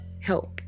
help